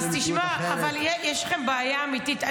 אבל תשמע, יש לכם בעיה אמיתית.